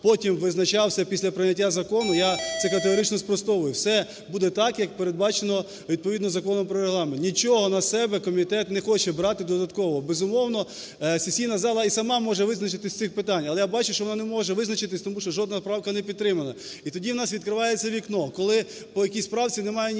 потім визначався після прийняття закону, я це категорично спростовую. Все буде так, як передбачено відповідно Закону про Регламент, нічого на себе комітет не хоче брати додатково. Безумовно, сесійна зала і сама може визначитися з цих питань, але, я бачу, що вона не може визначитися, тому що жодна правка не підтримана. І тоді у нас відкривається вікно, коли по якійсь правці немає ніякого